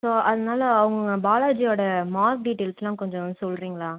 so அதனால் அவங்க பாலாஜி ஓட மார்க் டீட்டைல்ஸுலாம் கொஞ்சம் சொல்கிறீங்களா